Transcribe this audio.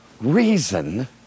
reason